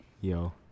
Yo